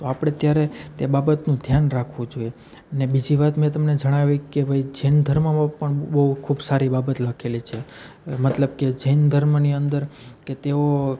તો આપણે ત્યારે તે બાબતનું ધ્યાન રાખવું જોએ ને બીજી વાત મેં તમને જણાવી કે ભઇ જૈન ધર્મમાં પણ બહુ ખૂબ સારી બાબત લખેલી છે મતલબ કે જૈન ધર્મની અંદર કે તેઓ